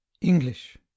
english